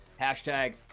Hashtag